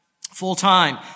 full-time